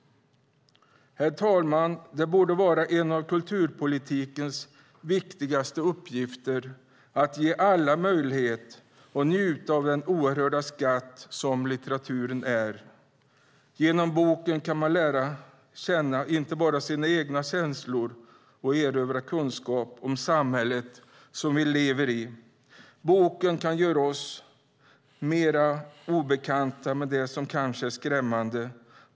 Herr talman! Det borde vara en av kulturpolitikens viktigaste uppgifter att ge alla möjlighet att njuta av den oerhörda skatt som litteraturen är. Genom boken kan man inte bara lära känna sina egna känslor utan också erövra kunskap om samhället och tiden vi lever i. Boken kan göra oss bekanta med det som kanske är skrämmande.